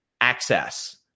Access